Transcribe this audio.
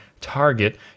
target